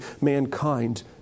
mankind